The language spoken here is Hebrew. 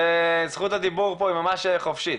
זכות הדיבור פה היא ממש חופשית